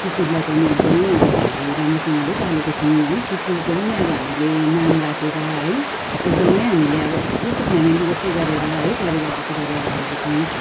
कुकुरलाई पनि एकदमै अब हामीले राम्रोसँगले पालेको छौँ है कुकुरको पनि अब हामीले नाम राखेर है एकदमै हामीले अब जस्तो फ्यामिली जस्तै गरेर है परिवार जस्तै गरेर राखेको छौँ